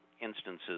instances